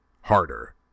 Harder